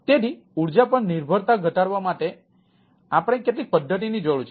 તેથી ઊર્જા પર નિર્ભરતા ઘટાડવા માટે આપણે કેટલીક પદ્ધતિની જરૂર છે